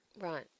Right